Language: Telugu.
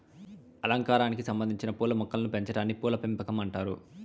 అలంకారానికి సంబందించిన పూల మొక్కలను పెంచాటాన్ని పూల పెంపకం అంటారు